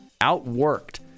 outworked